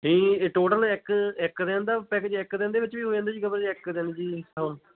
ਨਹੀਂ ਇਹ ਟੋਟਲ ਇੱਕ ਇੱਕ ਦਿਨ ਦਾ ਪੈਕਜ ਆ ਇੱਕ ਦਿਨ ਦੇ ਵਿੱਚ ਵੀ ਹੋ ਜਾਂਦਾ ਜੀ ਕਵਰੇਜ ਇੱਕ ਦਿਨ ਜੀ ਹਾਂ